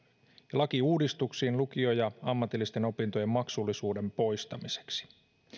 ja lakiuudistuksiin lukio ja ammatillisten opintojen maksullisuuden poistamiseksi